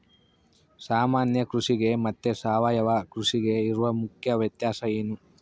ಸಾಮಾನ್ಯ ಕೃಷಿಗೆ ಮತ್ತೆ ಸಾವಯವ ಕೃಷಿಗೆ ಇರುವ ಮುಖ್ಯ ವ್ಯತ್ಯಾಸ ಏನು?